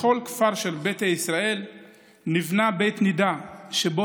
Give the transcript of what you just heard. בכל כפר של ביתא ישראל נבנה בית נידה שבו